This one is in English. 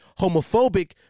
homophobic